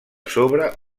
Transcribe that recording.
sobre